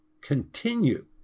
continue